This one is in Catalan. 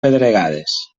pedregades